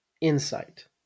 insight